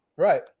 right